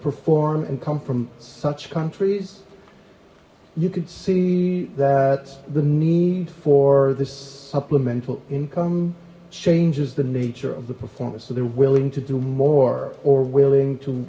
perform and come from such countries you could see that the need for this supplemental income changes the nature of the performance so they're willing to do more or willing to